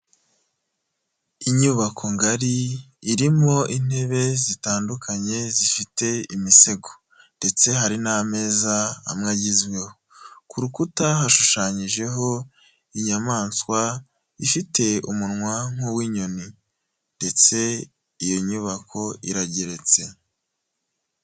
Inyubako ngari irimo intebe zitandukanye zifite imisego ndetse hari n'ameza amwe agezweho, ku rukuta hashushanyijeho inyamaswa ifite umunwa nk'uw'inyoni ndetse iyo nyubako irageretse.